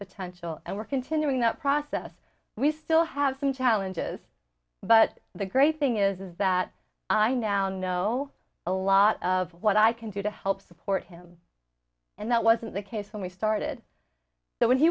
potential and we're continuing that process we still have some challenges but the great thing is that i now know a lot of what i can do to help support him and that wasn't the case when we started that when he